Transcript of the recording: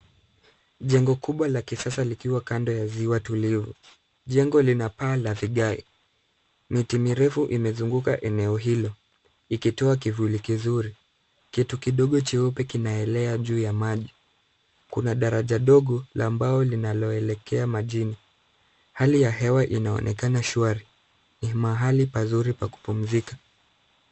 Jengo kubwa la kisasa likiwa kando ya ziwa tulivu. Jengo lina paa la vigae. Miti mirefu imezunguka eneo hilo, ikitoa kivuli kizuri. Kitu kidogo jeupe kinaelea juu ya maji. Kuna daraja dogo la mbao linaloelekea majini. Hali ya hewa inaonekana shwari. Ni mahali pazuri pa kupumzika.